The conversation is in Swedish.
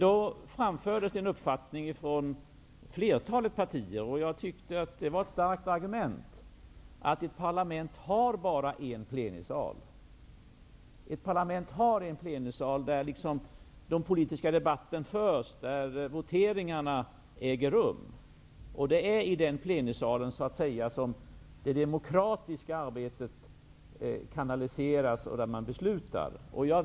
Från flertalet partier framfördes då uppfattningen -- och jag tyckte att det var ett starkt argument -- att ett parlament har endast en plenisal där den politiska debatten förs och där voteringarna äger rum. Det är i den plenisalen som det demokratiska arbetet kanaliseras och där man beslutar.